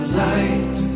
light